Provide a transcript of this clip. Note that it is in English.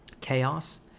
chaos